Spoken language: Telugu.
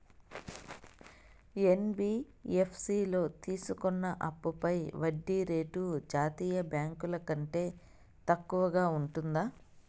యన్.బి.యఫ్.సి లో తీసుకున్న అప్పుపై వడ్డీ రేటు జాతీయ బ్యాంకు ల కంటే తక్కువ ఉంటుందా?